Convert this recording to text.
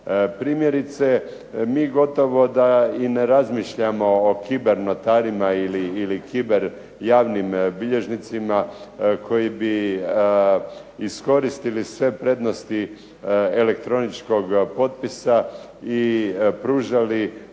Primjerice, mi gotovo da i ne razmišljamo o kiber notarima ili kiber javnim bilježnicima koji bi iskoristili sve prednosti elektroničkog potpisa i pružali